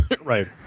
Right